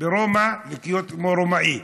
ברומא לחיות כמו רומאי.